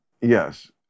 Yes